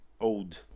old